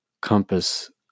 compass